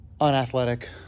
unathletic